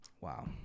Wow